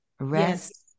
rest